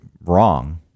wrong